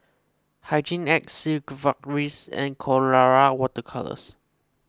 Hygin X Sigvaris and Colora Water Colours